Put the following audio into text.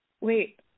wait